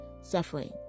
suffering